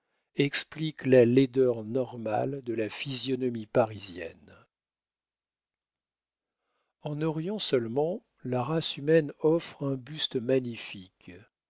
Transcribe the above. expliquent la laideur normale de la physionomie parisienne en orient seulement la race humaine offre un buste magnifique